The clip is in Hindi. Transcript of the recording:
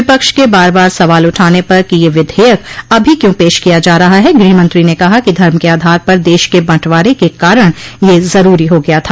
विपक्ष के बार बार सवाल उठाने पर कि यह विधेयक अभी क्यों पेश किया जा रहा है गृहमंत्री ने कहा कि धर्म के आधार पर देश के बंटवारे के कारण यह जरूरी हो गया था